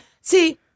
See